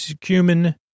cumin